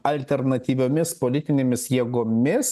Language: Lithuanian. alternatyviomis politinėmis jėgomis